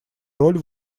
роль